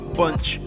bunch